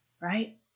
Right